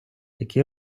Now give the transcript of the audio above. який